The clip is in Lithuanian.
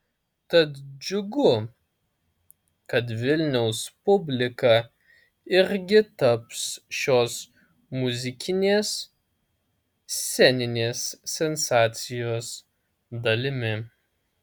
tad džiugu kad vilniaus publika irgi taps šios muzikinės sceninės sensacijos dalimi